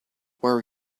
were